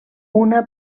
una